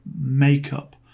makeup